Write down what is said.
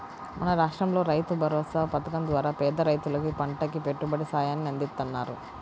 మన రాష్టంలో రైతుభరోసా పథకం ద్వారా పేద రైతులకు పంటకి పెట్టుబడి సాయాన్ని అందిత్తన్నారు